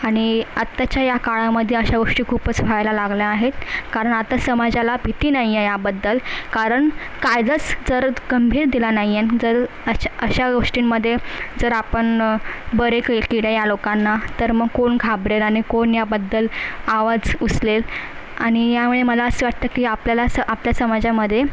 आनि आताच्या ह्या काळामध्ये अशा गोष्टी खूपच व्हायला लागल्या आहेत कारण आता समाजाला भीती नाही आहे याबद्दल कारण कायदाच जर गंभीर दिला नाही आहे आणि जर अशा अशा गोष्टींमध्ये जर आपण बरे के केले ह्या लोकांना तर मग कोण घाबरेल आणि कोण ह्याबद्दल आवाज उचलेल आणि ह्यामुळे मला असं वाटतं की आपल्यालाच आपल्या समाजामध्ये